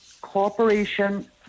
corporation